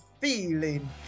feeling